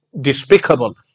despicable